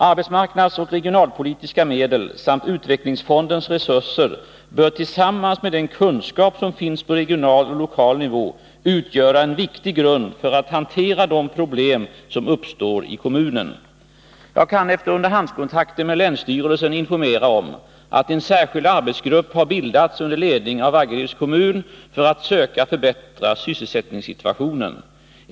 Arbetsmarknadsoch regionalpolitiska medel samt utvecklingsfondens resurser bör tillsammans med den kunskap som finns på regional och lokal nivå utgöra en viktig grund för att hantera de problem som uppstår i kommunen. Jag kan efter underhandskontakter med länsstyrelsen informera om att en särskild arbetsgrupp har bildats under ledning av Vaggeryds kommun för att söka förbättra sysselsättningssituationen.